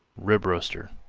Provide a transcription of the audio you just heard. ribroaster,